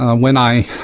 ah when i